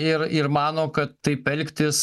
ir ir mano kad taip elgtis